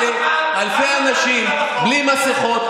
בשני המקומות האלה אלפי אנשים בלי מסכות.